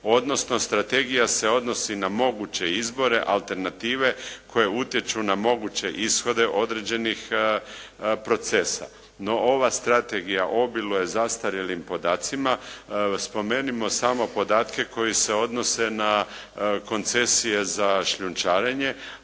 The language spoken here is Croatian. odnosno strategija se odnosi na moguće izbore, alternative koje utječu na moguće ishode određenih procesa. No, ova strategija obiluje zastarjelim podacima. Spomenimo samo podatke koji se odnose na koncesije za šljunčarenje,